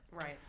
Right